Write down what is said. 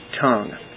tongue